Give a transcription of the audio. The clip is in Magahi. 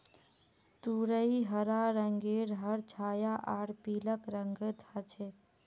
तुरई हरा रंगेर हर छाया आर पीलक रंगत ह छेक